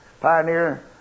Pioneer